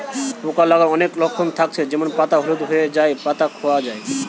পোকা লাগার অনেক লক্ষণ থাকছে যেমন পাতা হলুদ হয়ে যায়া, পাতা খোয়ে যায়া